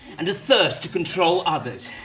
and a thirst to control others.